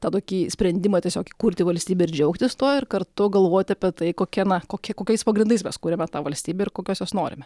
tą tokį sprendimą tiesiog įkurti valstybę ir džiaugtis tuo ir kartu galvoti apie tai kokie na kokie kokiais pagrindais mes kuriame tą valstybę ir kokios jos norime